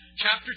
chapter